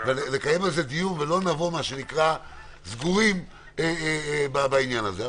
ולא נבוא סגורים בעניין הזה.